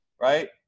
right